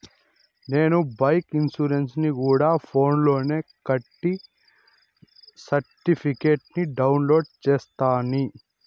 నేను బైకు ఇన్సూరెన్సుని గూడా ఫోన్స్ లోనే కట్టి సర్టిఫికేట్ ని డౌన్లోడు చేస్తిని